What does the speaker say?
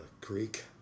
creek